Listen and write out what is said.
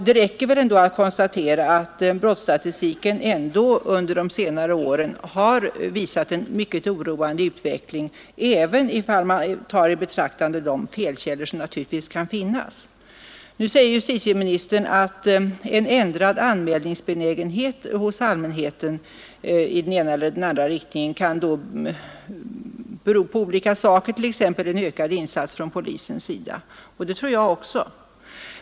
Det räcker väl att notera att brottsstatistiken ändå under senare år har visat en mycket oroande utveckling, även ifall man tar i betraktande de felkällor som naturligtvis kan finnas. Nu säger justitieministern att en ändrad anmälningsbenägenhet hos allmänheten i den ena eller andra riktningen kan bero på olika saker, t.ex. en ökad insats från polisens sida, och det tror jag också.